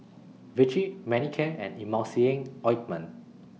Vichy Manicare and Emulsying Ointment